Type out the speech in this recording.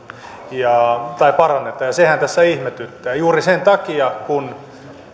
tai paranneta ja sehän tässä ihmetyttää juuri sen takia että